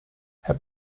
herr